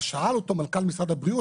אז שאל אותו מנכ"ל משרד הבריאות,